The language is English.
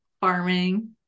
farming